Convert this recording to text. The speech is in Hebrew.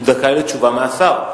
הוא זכאי לתשובה מהשר.